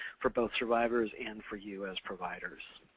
for both survivors and for you as providers.